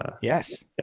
Yes